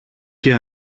και